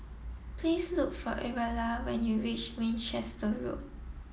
please look for Ariella when you reach Winchester Road